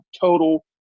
total